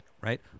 Right